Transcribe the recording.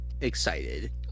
excited